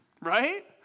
Right